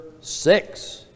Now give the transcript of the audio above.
six